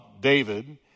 David